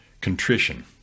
contrition